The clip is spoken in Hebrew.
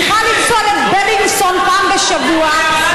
צריכה לנסוע לבלינסון פעם בשבוע,